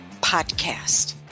podcast